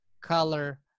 color